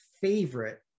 favorite